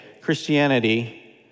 Christianity